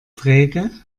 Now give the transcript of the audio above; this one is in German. träge